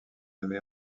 nommée